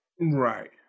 right